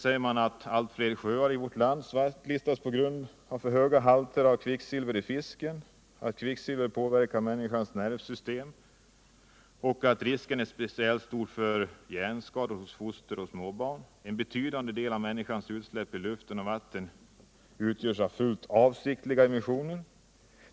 Där sägs att allt fler sjöar i vårt land svartlistas på grund av för höga halter kvicksilver i fisk, att kvicksilver påverkar människans nervsystem och att risken för hjärnskador är speciellt stor hos foster och småbarn. En betydande del av utsläppen i luft och vatten utgörs av fullt avsiktliga emissioner.